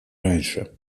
раньше